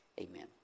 amen